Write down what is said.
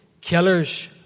Killers